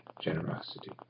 generosity